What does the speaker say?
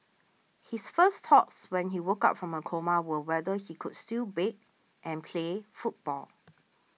his first thoughts when he woke up from a coma were whether he could still bake and play football